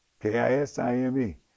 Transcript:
K-I-S-I-M-E